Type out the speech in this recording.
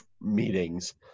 meetings